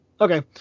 Okay